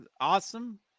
awesome